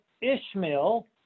Ishmael